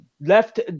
left